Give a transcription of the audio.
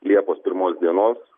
liepos pirmos dienos